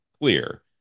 clear